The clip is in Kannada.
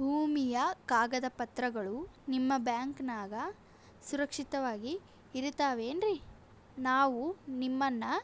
ಭೂಮಿಯ ಕಾಗದ ಪತ್ರಗಳು ನಿಮ್ಮ ಬ್ಯಾಂಕನಾಗ ಸುರಕ್ಷಿತವಾಗಿ ಇರತಾವೇನ್ರಿ ನಾವು ನಿಮ್ಮನ್ನ